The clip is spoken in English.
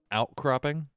outcropping